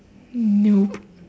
mm nope